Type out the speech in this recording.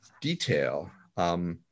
detail